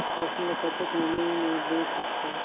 सरसो ल कतेक नमी मे बेच सकथव?